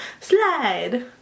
slide